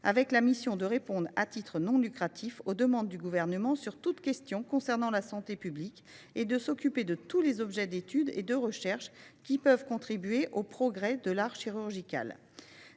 pour mission « de répondre, à titre non lucratif, aux demandes du Gouvernement sur toute question concernant la santé publique et de s’occuper de tous les objets d’étude et de recherche qui peuvent contribuer aux progrès de l’art chirurgical